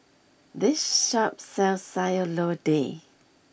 this shop sells Sayur Lodeh